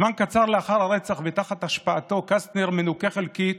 זמן קצר לאחר הרצח ותחת השפעתו, קסטנר מנוקה חלקית